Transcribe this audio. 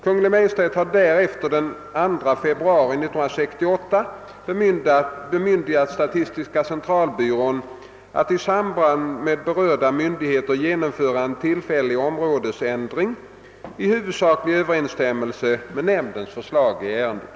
.Kungl, Maj:t har därefter den 2 februari 1968 bemyndigat statistiska centralbyrån att i samråd med berörda myndigheter genomföra en tillfällig områdesändring i huvudsaklig överensstämmelse med nämndens förslag i ämnet.